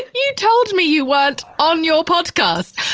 you told me you weren't on your podcast.